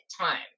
time